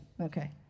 Okay